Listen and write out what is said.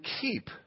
keep